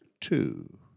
two